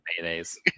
mayonnaise